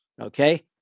Okay